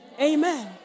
Amen